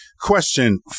question